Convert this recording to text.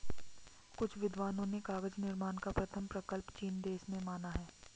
कुछ विद्वानों ने कागज निर्माण का प्रथम प्रकल्प चीन देश में माना है